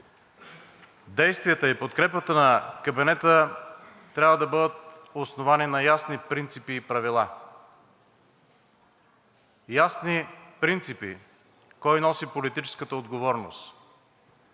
действията и подкрепата на кабинета трябва да бъдат основани на ясни принципи и правила – ясни принципи кой носи политическата отговорност,